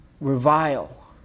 revile